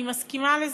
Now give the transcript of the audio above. אני מסכימה לזה,